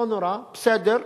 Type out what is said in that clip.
לא נורא, בסדר.